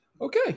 Okay